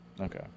Okay